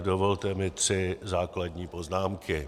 Dovolte mi tři základní poznámky.